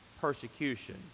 persecution